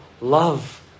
love